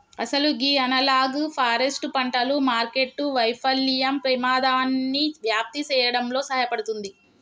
అసలు గీ analogue forest పంటలు మార్కెట్టు వైఫల్యం పెమాదాన్ని వ్యాప్తి సేయడంలో సహాయపడుతుంది